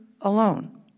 alone